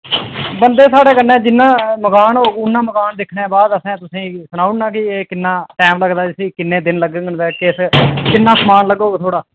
बदे साढ़े कन्नै जिन्ना मकान होग मकान दिक्खियै असें तुसेंगी सनाई ओड़ना ते किन्ना टैम लग्गग किन्ने दिन लग्गङन ते किन्ना समान लग्गग थुआढ़ा